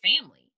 family